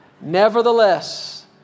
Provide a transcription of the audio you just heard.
Nevertheless